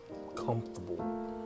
comfortable